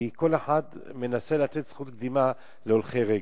כי כל אחד מנסה לתת זכות קדימה להולכי רגל.